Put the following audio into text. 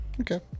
Okay